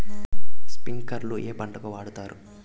స్ప్రింక్లర్లు ఏ పంటలకు వాడుతారు?